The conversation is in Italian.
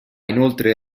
inoltre